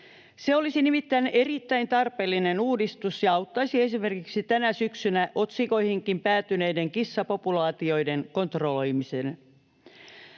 Se olisi nimittäin erittäin tarpeellinen uudistus ja auttaisi esimerkiksi tänä syksynä otsikoihinkin päätyneiden kissapopulaatioiden kontrolloimisessa.